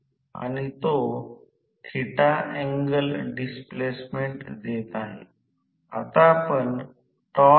तर प्रेरण मोटर मधील फिरण्याचे नुकसान मोठ्या प्रमाणात स्थिर असते